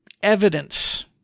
Evidence